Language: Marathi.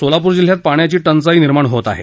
सोलापूर जिल्ह्यात पाण्याची टद्वीई निर्माण होत आहे